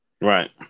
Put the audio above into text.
Right